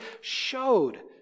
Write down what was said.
showed